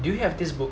do you have this book